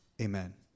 Amen